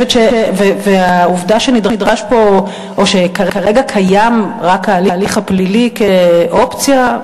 והעובדה שכרגע קיים רק ההליך הפלילי כאופציה,